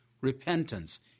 repentance